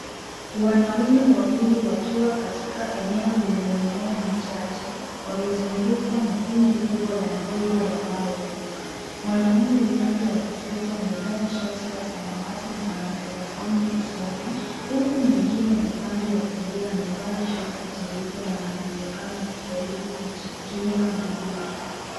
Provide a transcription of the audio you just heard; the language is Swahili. Wanaume wawili wakiwa katika eneo lenye mimea michache, wamezungukwa na kundi kubwa la nzige wanao ruka. Mwanaume upande wa kushoto amevaa shati la samawati na anatabasamu usoni, huku mwingine upande wa kulia amevaa shati jeupe na anaonekana akijaribu kujikinga na nzige.